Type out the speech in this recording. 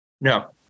No